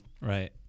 Right